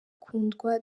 kundwa